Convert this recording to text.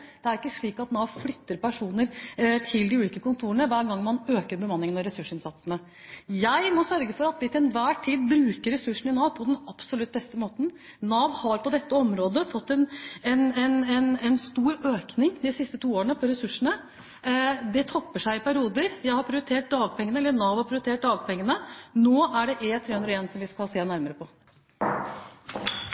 Det er ikke slik at Nav flytter personer til de ulike kontorene hver gang man øker bemanningen og ressursinnsatsen. Jeg må sørge for at vi til enhver tid bruker ressursene i Nav på den absolutt beste måten. Nav har på dette området fått en stor økning i ressursene de siste to årene. Det topper seg i perioder. Nav har prioritert dagpengene. Nå er det E-301 vi skal se nærmere på.